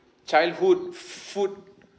childhood food